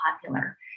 popular